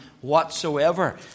whatsoever